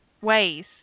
ways